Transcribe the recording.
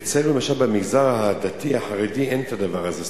אצלנו למשל, במגזר הדתי החרדי, אין את הדבר הזה.